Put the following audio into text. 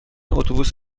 اتوبوس